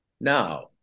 Now